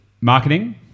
marketing